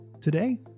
Today